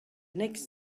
next